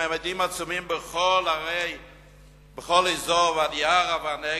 בממדים עצומים, בכל אזור ואדי-עארה והנגב,